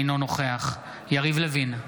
אינו נוכח יריב לוין,